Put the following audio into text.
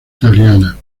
italiana